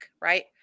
right